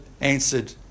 answered